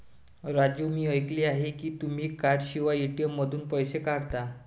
राजू मी ऐकले आहे की तुम्ही कार्डशिवाय ए.टी.एम मधून पैसे काढता